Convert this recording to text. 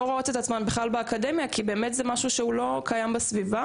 לא רואות את עצמן בכלל באקדמיה כי זה לא משהו שקיים בסביבה,